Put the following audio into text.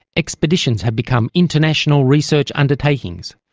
expeditions have become international research undertakings,